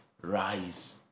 rise